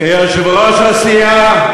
כיושב-ראש הסיעה,